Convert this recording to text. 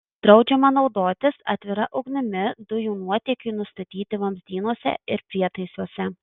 draudžiama naudotis atvira ugnimi dujų nuotėkiui nustatyti vamzdynuose ir prietaisuose